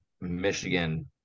Michigan